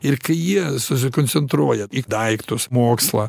ir kai jie susikoncentruoja į daiktus mokslą